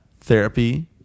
therapy